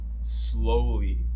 slowly